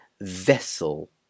vessel